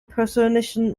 persönlichen